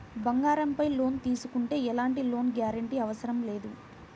బంగారంపై లోను తీసుకుంటే ఎలాంటి లోను గ్యారంటీ అవసరం లేదు